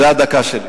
זו הדקה שלי.